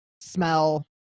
smell